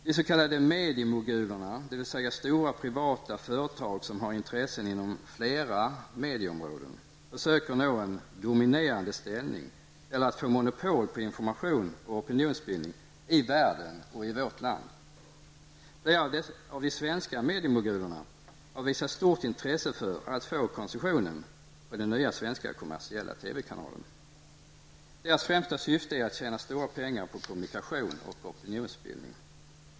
De s.k. mediemogulerna, dvs. stora privata företag som har intressen inom flera medieområden, försöker nå en dominerande ställning eller att få monopol på information och opinionsbildning i världen och i vårt land. Flera av de svenska mediemogulerna har visat stort intresse för att få koncessionen på den nya svenska kommersiella TV-kanalen. Deras främsta syfte är att tjäna stora pengar på kommunikation och opinionsbildning.